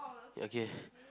okay